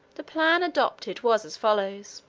the plan adopted was as follows